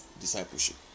discipleship